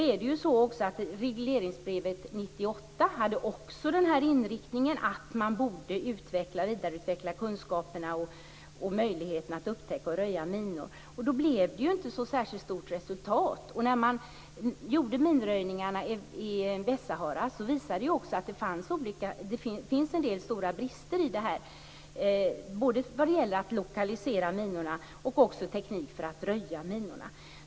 Men i regleringsbrevet 1998 fanns också den här inriktningen, att man borde vidareutveckla kunskaperna och möjligheterna att upptäcka och röja minor. Och då blev det ju inte något särskilt gott resultat. När man gjorde minröjningarna i Västsahara visade det sig att det fanns en del stora brister, både när det gällde att lokalisera minorna och när det gällde teknik för att röja minorna.